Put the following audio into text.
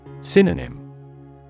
Synonym